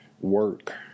work